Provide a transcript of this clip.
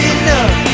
enough